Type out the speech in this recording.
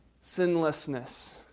sinlessness